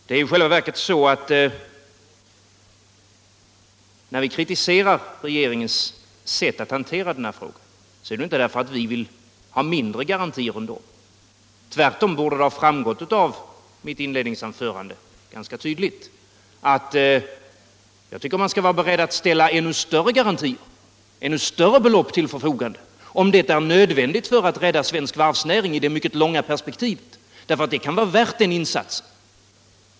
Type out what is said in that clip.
Det är ju i själva verket så att när vi kritiserar regeringens sätt att hantera denna fråga är det inte därför att vi vill ha mindre garantier. Tvärtom borde det ha framgått ganska tydligt av mitt inledningsanförande att vi bör vara beredda att ställa ännu större belopp till förfogande om det är nödvändigt för att rädda den svenska varvsnäringen i det mycket långa perspektivet. Det kan vara värt den insatsen.